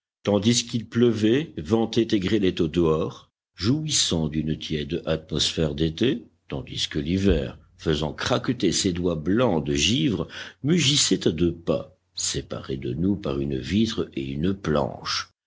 tandis qu'il pleuvait ventait et grêlait au dehors jouissant d'une tiède atmosphère d'été tandis que l'hiver faisant craqueter ses doigts blancs de givre mugissait à deux pas séparé de nous par une vitre et une planche